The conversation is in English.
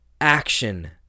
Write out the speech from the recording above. action